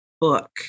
book